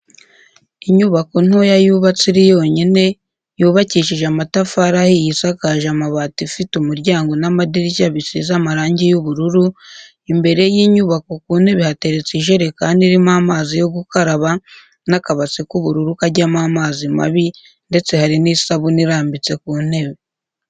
Inyubako ntoya yubatse iri yonyine, yubakishije amatafari ahiye isakaje amabati ifite umuryango n'amadirishya bisize amarangi y'ubururu, imbere y'inyubako ku ntebe hateretse ijerekani irimo amazi yo gukaraba n'akabase k'ubururu kajyamo amazi mabi ndetse hari n'isabuni irambitse ku ntebe.